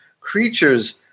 creatures